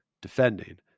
defending